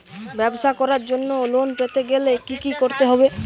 ব্যবসা করার জন্য লোন পেতে গেলে কি কি করতে হবে?